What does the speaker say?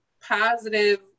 positive